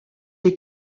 est